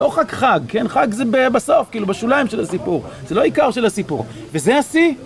לא חג חג, חג זה בסוף, בשוליים של הסיפור, זה לא עיקר של הסיפור, וזה השיא.